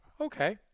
Okay